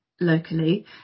locally